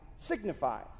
signifies